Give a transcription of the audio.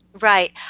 right